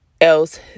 else